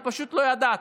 אני פשוט לא ידעתי.